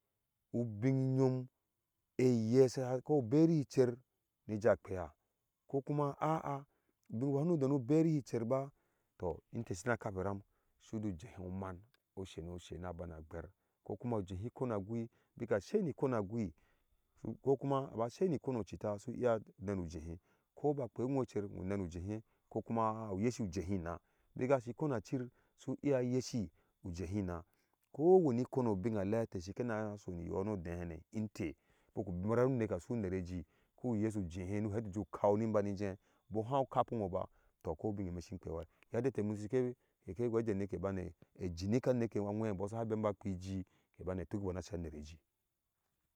Ubmɔ yom eye sa ko beri cher yeja phea kodemu kuma aa bin sum demu berihi cher ba to mte sina kaperam suju jeho oman oseno sé na bana gwe ko kuma jehi kona gui bika sai ni kona gui ko kuna buca sai ni kono citta su iya jehe ko kuma u yesi ujehi inaa biga si kona chir su iya yesu ujehi inaa ko wani kono abin aleyaete sikena soniyono dehane mte bika bera nu neka su unereji ku yesujehe nu heti ju kan ni bani mje bu hau kapi whoba to akoi ubing eme sin phewa yadda ete yom sike wejen. neke jinika neve awebo saha bembo pheji na so a nereji.